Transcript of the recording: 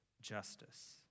justice